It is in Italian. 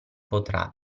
potrà